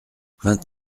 vingt